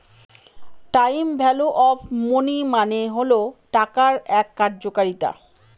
time value of money মানে হল টাকার এক কার্যকারিতা